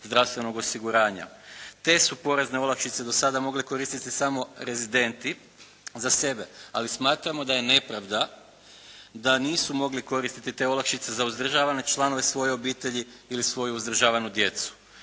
Te su porezne olakšice do sada mogli koristiti samo rezidenti za sebe, ali smatramo da je nepravda da nisu mogli koristiti te olakšice za uzdržavane članove svoje obitelji ili svoju uzdržavanu djecu.